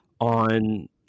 on –